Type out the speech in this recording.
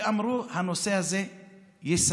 אמרו שהנושא הזה ייסגר,